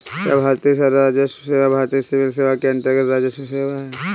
क्या भारतीय राजस्व सेवा भारतीय सिविल सेवा के अन्तर्गत्त राजस्व सेवा है?